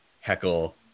heckle